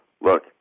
look